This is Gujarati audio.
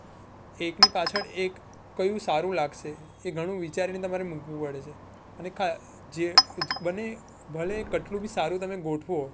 એકની પાછળ એક કયું સારું લાગશે એ ઘણું વિચારીને તમારે મૂકવું પડે છે અને જે બને ભલે કેટલું બી સારું તમે ગોઠવો